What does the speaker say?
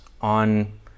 on